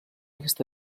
aquesta